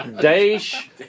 Dash